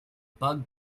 bug